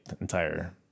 entire